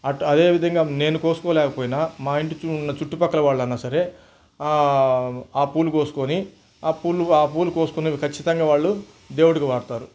at అదేవిధంగా నేను కోసుకోలేకపోయినా మా ఇంటి చూ చుట్టుపక్కల వాళ్ళైనా సరే ఆ పూలు కోసుకొని ఆ పూలు ఆ పూలు కోసుకొని ఖచ్చితంగా వాళ్ళు దేవుడికి వాడుతారు